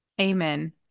Amen